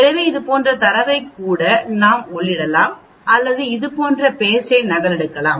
எனவே இது போன்ற தரவைக் கூட நாம் உள்ளிடலாம் அல்லது இது போன்ற பேஸ்டை நகலெடுக்கலாம்